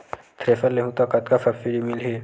Thresher लेहूं त कतका सब्सिडी मिलही?